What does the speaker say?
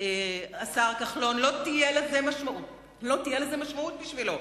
השר כחלון, לא תהיה לזה משמעות בשבילו.